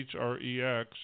HREX